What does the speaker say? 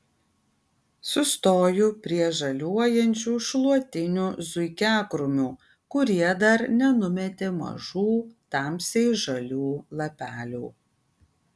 sustoju prie žaliuojančių šluotinių zuikiakrūmių kurie dar nenumetė mažų tamsiai žalių lapelių